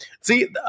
See